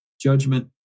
judgment